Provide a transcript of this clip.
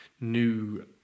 new